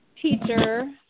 teacher